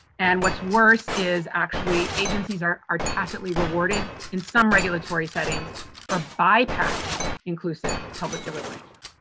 and, what's worse is, actually agencies are are tacitly rewarded in some regulatory settings for bypassing inclusive public deliberation.